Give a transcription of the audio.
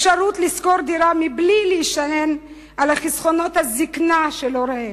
אפשרות לשכור דירה בלי להישען על חסכונות הזיקנה של הוריהם,